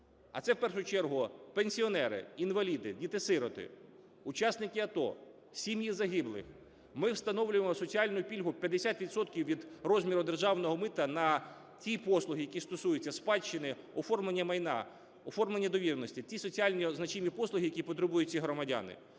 а це в першу чергу пенсіонери, інваліди, діти-сироти, учасники АТО, сім'ї загиблих, ми встановлюємо соціальну пільгу 50 відсотків від розміру державного мита на ті послуги, які стосуються спадщини, оформлення майна, оформлення довіреності, – ті соціально значимі послуги, які потребують ці громадяни,